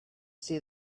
see